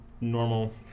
normal